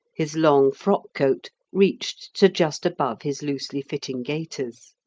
his long frock-coat reached to just above his loosely fitting gaiters.